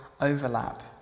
overlap